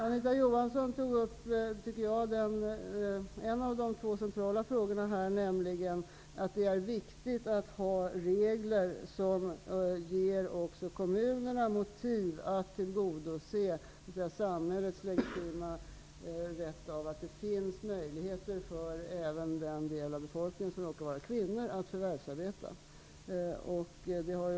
Anita Johansson tog upp en av de två centrala frågorna här, nämligen att det är viktigt att ha regler som också ger kommunerna motiv att tillgodose samhällets legitima krav på att det även för den del av befolkningen som råkar vara kvinnor finns möjlighet att förvärvsarbeta.